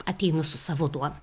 ateinu su savo duona